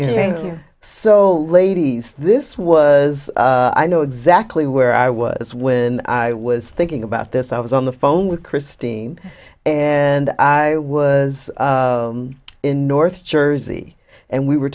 welcome thank you so ladies this was i know exactly where i was when i was thinking about this i was on the phone with christine and i was in north jersey and we were